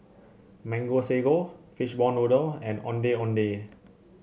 Mango Sago Fishball Noodle and Ondeh Ondeh